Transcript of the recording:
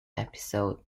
episode